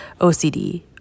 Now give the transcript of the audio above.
OCD